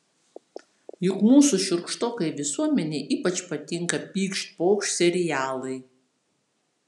juk mūsų šiurkštokai visuomenei ypač patinka pykšt pokšt serialai